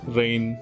rain